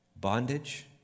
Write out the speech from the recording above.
bondage